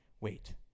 wait